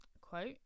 quote